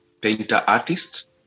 painter-artist